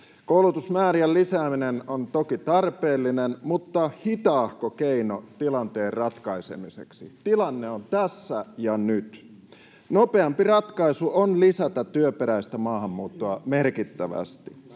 Koulutusmäärien lisääminen on toki tarpeellinen mutta hitaahko keino tilanteen ratkaisemiseksi — tilanne on tässä ja nyt. Nopeampi ratkaisu on lisätä työperäistä maahanmuuttoa merkittävästi.